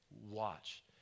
Watch